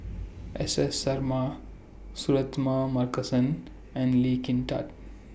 S S Sarma Suratman Markasan and Lee Kin Tat